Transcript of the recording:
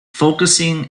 focusing